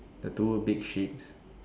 the two a big sheep